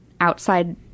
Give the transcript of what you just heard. outside